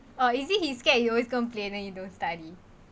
oh is it he scared you always complain and you don't study